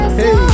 hey